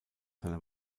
seiner